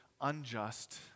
unjust